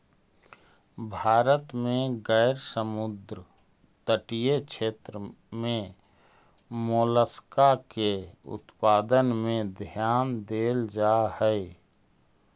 भारत में गैर समुद्र तटीय क्षेत्र में मोलस्का के उत्पादन में ध्यान देल जा हई